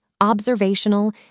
observational